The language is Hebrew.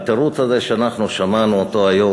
והתירוץ הזה שאנחנו שמענו היום,